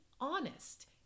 honest